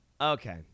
Okay